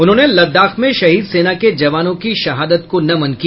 उन्होंने लद्दाख में शहीद सेना के जवानों की सहादत को नमन किया